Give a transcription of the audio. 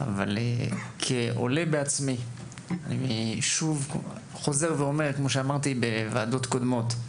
שכעולה בעצמי אני שוב חוזר ואומר את מה שאמרתי בוועדות קודמות.